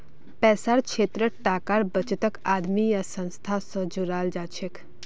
पैसार क्षेत्रत टाकार बचतक आदमी या संस्था स जोड़ाल जाछेक